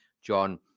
John